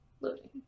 loading